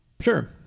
Sure